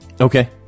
Okay